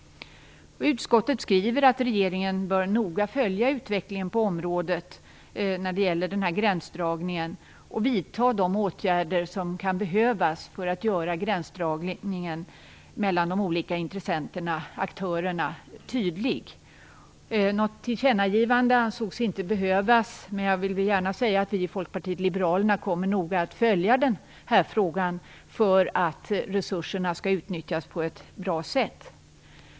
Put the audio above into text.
Utskottet skriver att regeringen bör noga följa utvecklingen på området när det gäller den här gränsdragningen och vidta de åtgärder som kan behövas för att göra gränsdragningen mellan de olika intressenterna/aktörerna tydlig. Något tillkännagivande anses inte behövas. Jag vill dock gärna säga att vi i Folkpartiet liberalerna kommer att noga följa den här frågan för att resurserna skall utnyttjas på ett bra sätt.